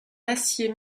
acier